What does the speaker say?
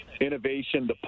innovation